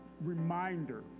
reminder